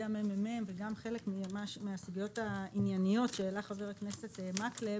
המ.מ.מ וגם חלק מהסוגיות הענייניות שהעלה חבר הכנסת מקלב